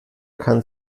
kann